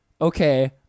okay